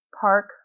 park